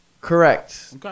Correct